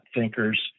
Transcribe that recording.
thinkers